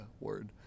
word